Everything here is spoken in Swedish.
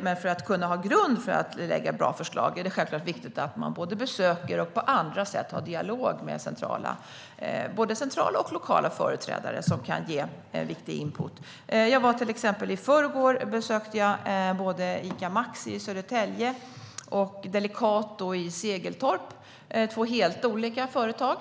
Men för att man ska kunna ha en grund för att lägga fram bra förslag är det självklart viktigt att man både besöker och på andra sätt har dialog med centrala och lokala företrädare som kan ge viktig input. I förrgår besökte jag både Ica Maxi i Södertälje och Delicato i Segeltorp. Det är två helt olika företag